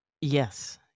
Yes